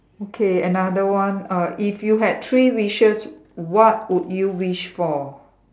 okay another one uh if you had three wishes what would you wish for